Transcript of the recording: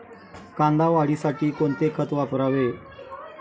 कांदा वाढीसाठी कोणते खत वापरावे?